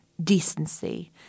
decency